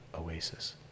Oasis